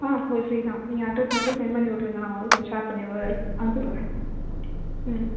ஆ ஓ ஃப்ரீ தான் நீங்கள் அட்ரெஸ் மட்டும் சென்ட் பண்ணி விட்ருங்க நான் உங்களுக்கு ஷேர் பண்ணிவிட்றேன் அனுப்பிவிட்றேன் ம்